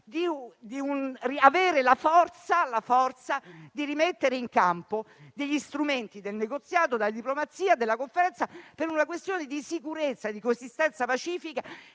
avere la forza di rimettere in campo gli strumenti del negoziato, della diplomazia e delle conferenze per una questione di sicurezza e coesistenza pacifica